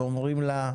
ואומרים לה,